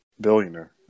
billionaire